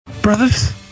brothers